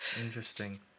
Interesting